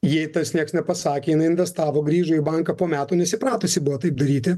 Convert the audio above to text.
jei tas niekas nepasakė jinai investavo grįžo į banką po metų nes įpratusi buvo taip daryti